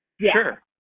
Sure